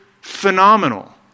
phenomenal